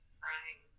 crying